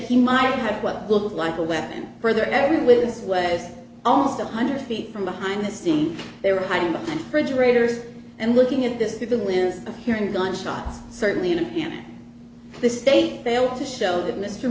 he might have what looked like a weapon further every witness was almost a hundred feet from behind the scene they were hiding the bridge raiders and looking at this through the lives of hearing gunshots certainly in the state failed to show that mr